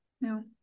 No